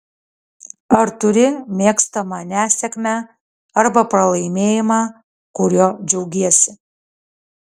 ar turi mėgstamą nesėkmę arba pralaimėjimą kuriuo džiaugiesi